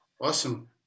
Awesome